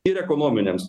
ir ekonominiams